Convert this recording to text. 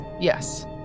Yes